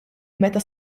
meta